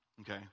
okay